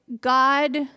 God